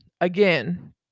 again